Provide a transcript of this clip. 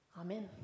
Amen